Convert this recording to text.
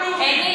יש הרבה קורסים.